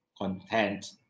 content